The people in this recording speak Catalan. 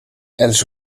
els